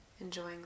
enjoying